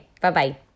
bye-bye